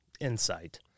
Insight